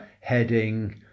heading